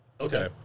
Okay